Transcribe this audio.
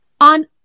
On